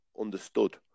understood